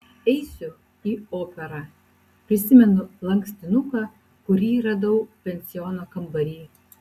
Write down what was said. eisiu į operą prisimenu lankstinuką kurį radau pensiono kambary